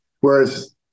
whereas